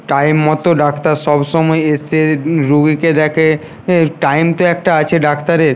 time মতো doctor সবসময় এসে রুগীকে দেখে এ টাইম তো একটা আছে ডাক্তারের